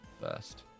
first